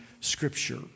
Scripture